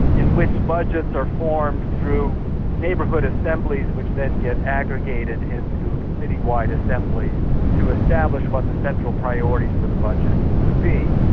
in which budgets are formed through neighbourhood assemblies which then get aggregated into citywide assemblies to establish what the central priorities for the budget would be.